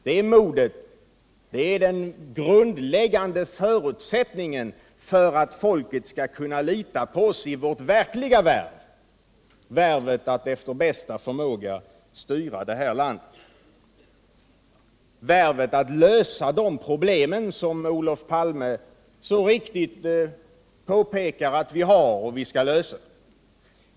Det modet är den grundläggande förutsättningen för att folket skall kunna lita på oss i vårt verkliga värv, värvet att efter bästa förmåga styra det här landet, värvet att lösa de problem som Olof Palme så riktigt påpekar att vi har och att vi skall lösa.